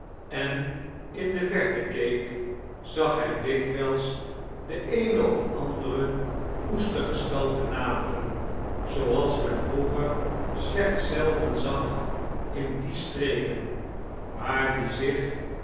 en in de verte keek zag jay dikwijls de eene of andere woeste gestalte naderenj zooals men vroeger slechts zelden zag in die streken maar die zich